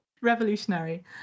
Revolutionary